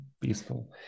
peaceful